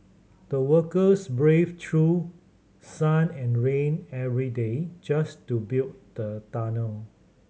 the workers braved through sun and rain every day just to build the tunnel